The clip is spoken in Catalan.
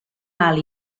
alt